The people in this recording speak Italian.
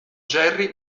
jerry